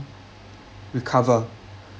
recover